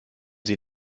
sie